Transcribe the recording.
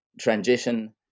transition